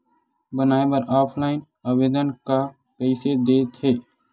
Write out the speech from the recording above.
बनाये बर ऑफलाइन आवेदन का कइसे दे थे?